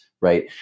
right